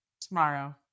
Tomorrow